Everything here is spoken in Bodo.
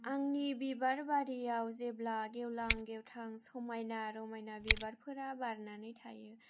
आंनि बिबार बारियाव जेब्ला गेवलां गेवथां समायना रमायना बिबारफोरा बारनानै थायो